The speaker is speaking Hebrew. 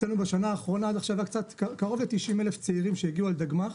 אצלנו בשנה האחרונה היו קרוב ל-90,000 צעירים שהגיעו על דגמ"ח.